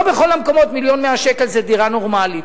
לא בכל המקומות, 1.1 מיליון שקל זו דירה נורמלית.